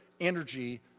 energy